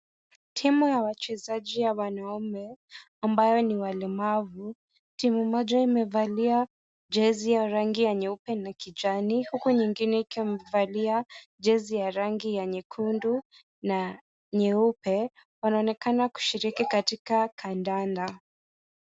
Timu wa wachezaji ya wanaume ambayo ni ya walemavu, timu moja imevalia jezi ya rangi nyeupe na ya kijani huku nyingine ikiwa imevalia jezi ya rangi ya nyekundu na nyeupe wanaonekana kushiriki katika kandanda.